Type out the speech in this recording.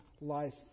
life